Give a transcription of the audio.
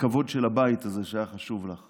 הכבוד של הבית הזה, שהיה חשוב לך